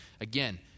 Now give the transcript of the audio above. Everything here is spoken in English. Again